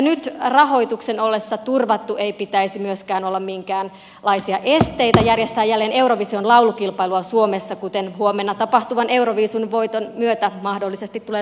nyt rahoituksen ollessa turvattu ei pitäisi myöskään olla minkäänlaisia esteitä järjestää jälleen eurovision laulukilpailua suomessa kuten huomenna tapahtuvan euroviisun voiton myötä mahdollisesti tulee tapahtumaan